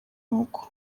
uko